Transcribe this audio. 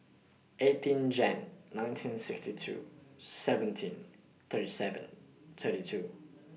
eighteen Jan nineteen sixty two seventeen thirty seven thirty two